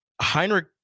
Heinrich